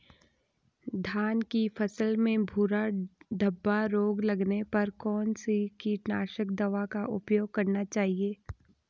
धान की फसल में भूरा धब्बा रोग लगने पर कौन सी कीटनाशक दवा का उपयोग करना चाहिए?